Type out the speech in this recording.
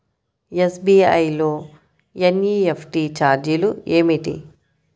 SBI లో NEFT ఛార్జీలు ఏమిటి?